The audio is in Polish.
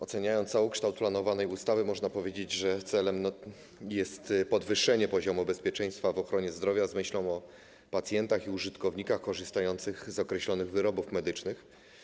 Oceniając całokształt planowanej ustawy, można powiedzieć, że jej celem jest podwyższenie poziomu bezpieczeństwa w ochronie zdrowia, że została stworzona z myślą o pacjentach i użytkownikach korzystających z określonych wyrobów medycznych.